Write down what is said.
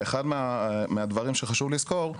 אחד מהדברים שחשוב לזכור,